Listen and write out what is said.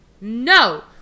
No